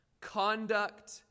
conduct